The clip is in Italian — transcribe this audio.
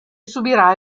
subirà